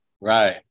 Right